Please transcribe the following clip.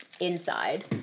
inside